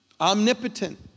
Omnipotent